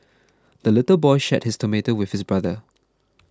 the little boy shared his tomato with his brother